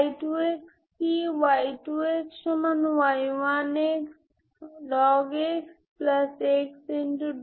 Cn গুলি একই কিন্তু এখানে কনভারজেন্স পয়েন্ট ওয়াইজ কনভারজেন্স নয়